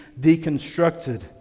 deconstructed